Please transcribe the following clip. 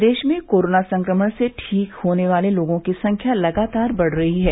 प्रदेश में कोरोना संक्रमण से ठीक होने वाले लोगों की संख्या लगातार बढ़ रही है